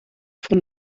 von